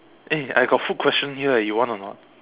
eh I got food questions here eh you want or not